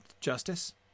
justice